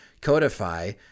Codify